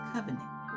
Covenant